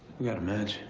we've got a match.